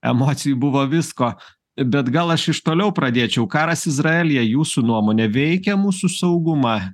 emocijų buvo visko bet gal aš iš toliau pradėčiau karas izraelyje jūsų nuomone veikia mūsų saugumą